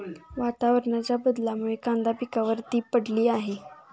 वातावरणाच्या बदलामुळे कांदा पिकावर ती पडली आहे